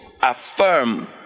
affirm